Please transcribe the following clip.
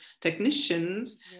technicians